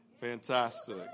Fantastic